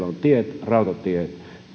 tiet rautatiet